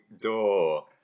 door